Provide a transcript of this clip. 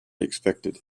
expected